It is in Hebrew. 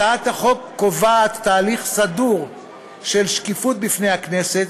הצעת החוק קובעת תהליך סדור של שקיפות בפני הכנסת,